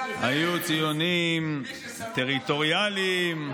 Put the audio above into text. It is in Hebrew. היו ציונים טריטוריאליים.